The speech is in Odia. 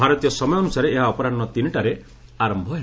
ଭାରତୀୟ ସମୟ ଅନୁସାରେ ଏହା ଅପରାହୁ ତିନିଟାରେ ଆରମ୍ଭ ହେବ